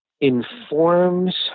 informs